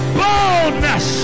boldness